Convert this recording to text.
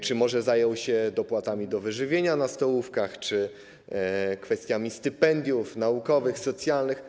Czy może zajął się dopłatami do wyżywienia na stołówkach czy kwestiami stypendiów naukowych, socjalnych?